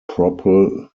propel